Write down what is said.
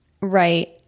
Right